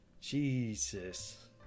Jesus